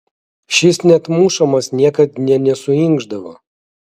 šis net mušamas niekad nė nesuinkšdavo